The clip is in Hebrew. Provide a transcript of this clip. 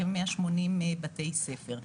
לכ-180 בתי ספר.